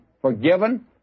forgiven